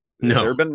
No